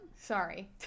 Sorry